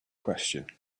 question